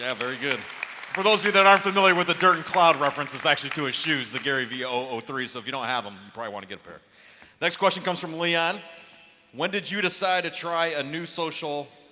very good for those of you that aren't familiar with the dirt and cloud reference it's actually two issues the garyvee ooo three, so if you don't have them but i want to get a pair next question comes from leon when did you decide to try a new social?